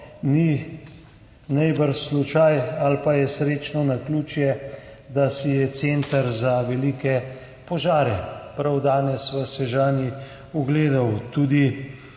Najbrž ni slučaj ali pa je srečno naključje, da si je center za velike požare prav danes v Sežani ogledal tudi